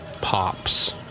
Pops